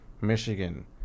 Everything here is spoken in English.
michigan